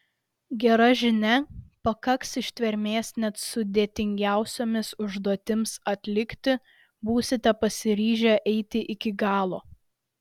gera žinia pakaks ištvermės net sudėtingiausioms užduotims atlikti būsite pasiryžę eiti iki galo